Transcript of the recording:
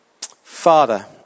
Father